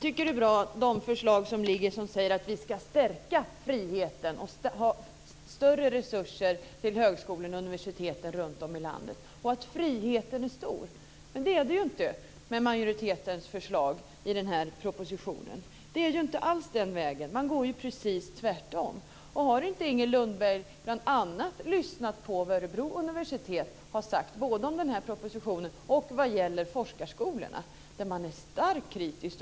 Herr talman! Jag tycker att förslagen om att vi ska stärka friheten och ge större resurser till högskolorna och universiteten runtom i landet är bra. Enligt de förslagen är friheten stor. Men det är den inte med majoritetens förslag i propositionen. Man går inte alls den vägen, utan man gör precis tvärtom. Har inte Inger Lundberg lyssnat på vad man bl.a. från Örebro universitet har sagt både om propositionen och om forskarskolorna? Man är starkt kritisk.